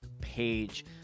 page